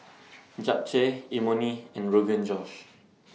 Japchae Imoni and Rogan Josh